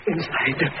Inside